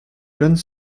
jeunes